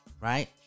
Right